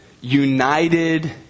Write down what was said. united